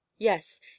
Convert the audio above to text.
yes